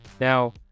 Now